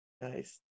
Nice